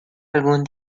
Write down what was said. algún